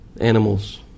animals